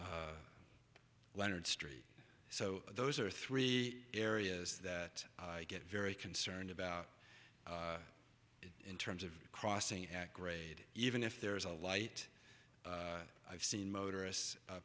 and leonard street so those are three areas that i get very concerned about it in terms of crossing at grade even if there is a light i've seen motorists